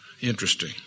Interesting